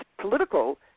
political